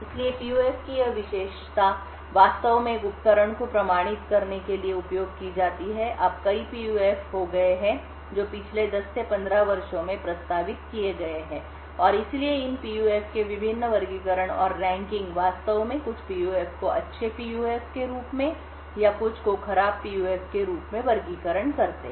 इसलिए पीयूएफ की यह विशेषता वास्तव में एक उपकरण को प्रमाणित करने के लिए उपयोग की जाती है अब कई PUFs हो गए हैं जो पिछले 10 से 15 वर्षों में प्रस्तावित किए गए हैं या और इसलिए इन पीयूएफ के विभिन्न वर्गीकरण और रैंकिंग वास्तव में कुछ पीयूएफ को अच्छे पीयूएफ के रूप में या कुछ को खराब पीयूएफ के रूप में वर्गीकरण करते हैं